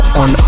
on